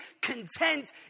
content